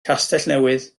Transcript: castellnewydd